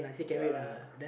ya lah ya lah